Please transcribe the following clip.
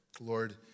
Lord